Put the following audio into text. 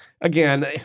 again